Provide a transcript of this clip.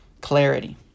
clarity